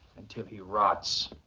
until he rots.